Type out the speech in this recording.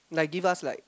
like give us like